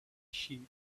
sheep